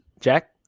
Jack